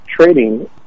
trading